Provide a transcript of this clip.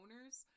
owners